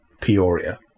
Peoria